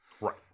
Right